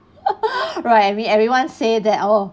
right every everyone say that oh